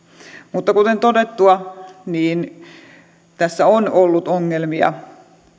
mutta kuten todettua tässä on ollut ongelmia